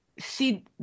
see